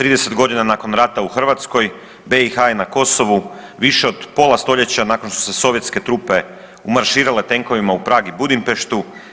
30 godina nakon rata u Hrvatskoj BiH je na Kosovu više od pola stoljeća nakon što su sovjetske trupe umarširale tenkovima u Prag i Budimpeštu.